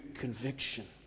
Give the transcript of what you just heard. conviction